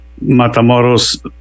Matamoros